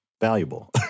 valuable